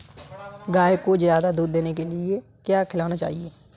गाय को ज्यादा दूध देने के लिए क्या खिलाना चाहिए?